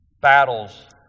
battles